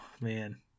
man